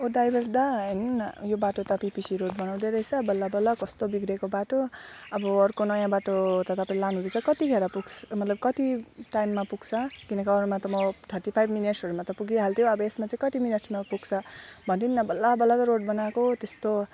औ ड्राइभर दा हेर्नु न यो बाटो त पिपिसी रोड बनाउँदै रहेछ बल्लबल्ल कस्तो बिग्रिएको बाटो अब अर्को नयाँ बाटो त तपाईँले लानुहुँदैछ कतिखेर पुग्छ मतलब कति टाइममा पुग्छ किनकि अरूमा त म थर्टी फाइभ मिनट्सहरूमा त पुगिहाल्थ्यो अब यसमा चाहिँ कति मिनट्समा पुग्छ भनिदिनु न बल्लबल्ल त रोड बनाएको त्यस्तो